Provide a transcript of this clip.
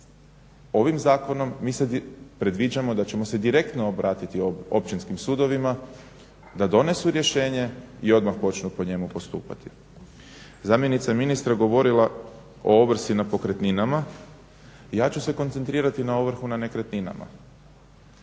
Ovim zakonom mi sad predviđamo da ćemo se direktno obratiti općinskim sudovima da donesu rješenje i odmah počnu po njemu postupati. Zamjenica ministra je govorila o ovrsi na pokretninama, ja ću se koncentrirati na ovrhu na nekretninama.